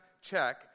check